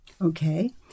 Okay